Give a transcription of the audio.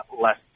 less